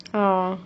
err